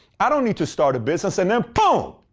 i don't need to start a business and then boom!